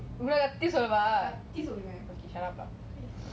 கத்தி சொல்லுங்க:kathi solunga